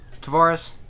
Tavares